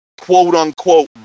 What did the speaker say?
quote-unquote